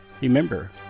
Remember